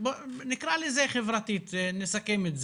נקרא לזה חברתית, נסכם את זה.